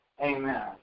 Amen